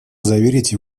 заверить